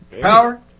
power